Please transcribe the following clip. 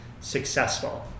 successful